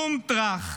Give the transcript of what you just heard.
בום, טרך,